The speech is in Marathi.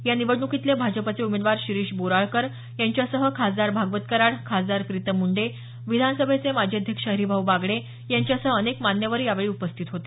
या निवडण्कीतले भाजपचे उमेदवार शिरीष बोराळकर यांच्यासह खासदार भागवत कराड खासदार प्रीतम मुंडे विधानसभेचे माजी अध्यक्ष हरिभाऊ बागडे यांच्यासह अनेक मान्यवर यावेळी उपस्थित होते